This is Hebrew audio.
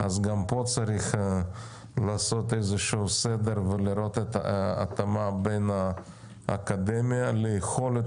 גם פה צריך לעשות איזשהו סדר ולראות את ההתאמה בין האקדמיה ליכולת